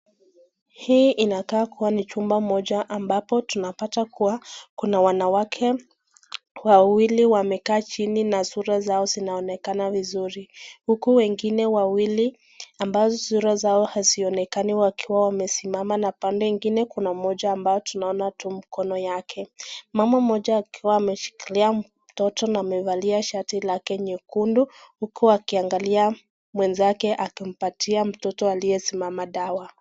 Hii inakaa kuwa ni chumba moja ambapo tunapata kuwa kuna wanawake wawili wamekaa chini na sura zao zinaonekana vizuri. Huku wengine wawili ambao sura zao hazionekani wakiwa wamesimama na pande ingine kuna moja ambao tunaona tu mkono yake. Mama moja akiwa ameshikilia mtoto na amevalia shati lake nyekundu, huku akiangalia mwenzake akimpatia mtoto aliyesimama dawa.